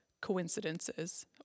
coincidences